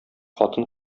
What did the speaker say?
хатын